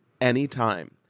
anytime